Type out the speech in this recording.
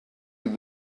get